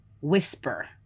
whisper